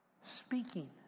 speaking